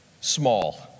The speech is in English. Small